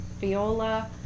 viola